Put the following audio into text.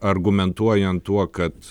argumentuojant tuo kad